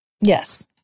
Yes